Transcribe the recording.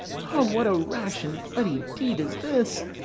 o, what a rash and bloody deed is this!